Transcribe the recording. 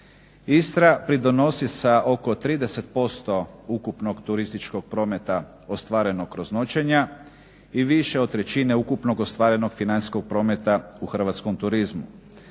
Istra pridonosi sa oko 30% ukupnog turističkog prometa ostvarenog kroz noćenja i više od trećine ukupnog ostvarenog financijskog prometa u hrvatskom turizmu.